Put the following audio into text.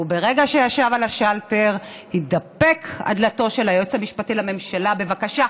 וברגע שישב על השאלטר התדפק על דלתו של היועץ המשפטי לממשלה: בבקשה,